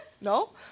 No